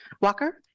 walker